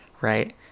right